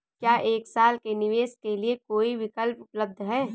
क्या एक साल के निवेश के लिए कोई विकल्प उपलब्ध है?